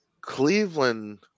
Cleveland